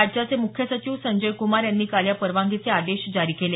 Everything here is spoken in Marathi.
राज्याचे मुख्य सचिव संजय क्मार यांनी काल या परवानगीचे आदेश जारी केले